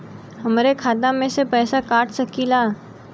हमरे खाता में से पैसा कटा सकी ला?